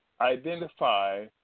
identify